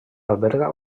alberga